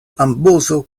amboso